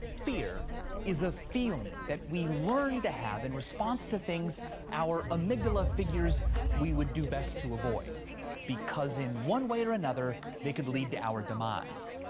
fear is a feeling that we learn to have in response to things our amygdala figures we would do best to avoid because in one way or another, they could lead to our demise.